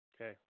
Okay